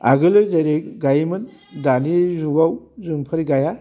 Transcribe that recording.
आगोल जेरै गाइयोमोन दानि जुगाव जोंफोर गाइया